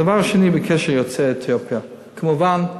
הדבר השני, בעניין יוצאי אתיופיה: כמובן,